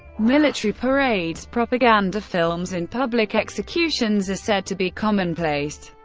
military parades, propaganda films, and public executions are said to be commonplace.